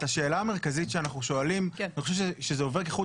השאלה המרכזית שאנחנו שואלים ואני חושב שזה עובר כחוט